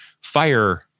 fire